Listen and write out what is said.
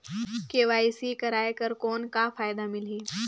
KYC कराय कर कौन का फायदा मिलही?